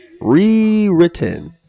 rewritten